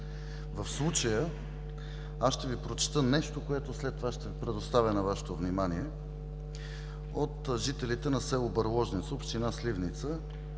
В случая ще Ви прочета нещо, което след това ще предоставя на Вашето внимание, от жителите на село Бърложница, община Сливница,